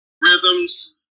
rhythms